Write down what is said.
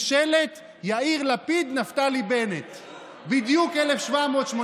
שמעתי שחבר הכנסת אלי אבידר לא ממש מרוצה מהג'וב שהוא לא קיבל,